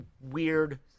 weird –